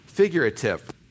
figurative